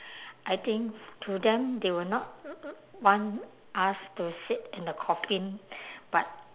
I think to them they will not want us to sit in the coffin but